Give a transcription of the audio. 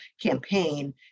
campaign